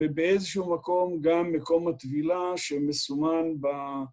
ובאיזשהו מקום גם מקום הטבילה שמסומן ב...